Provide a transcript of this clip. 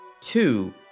Two